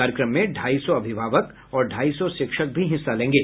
कार्यक्रम में ढाई सौ अभिभावक और ढाई सौ शिक्षक भी हिस्सा लेंगे